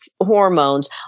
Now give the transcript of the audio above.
hormones